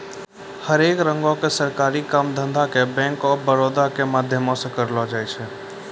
हरेक रंगो के सरकारी काम धंधा के बैंक आफ बड़ौदा के माध्यमो से करलो जाय छै